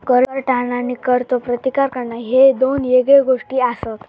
कर टाळणा आणि करचो प्रतिकार करणा ह्ये दोन येगळे गोष्टी आसत